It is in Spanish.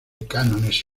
cánones